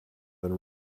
and